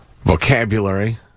vocabulary